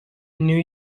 new